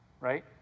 right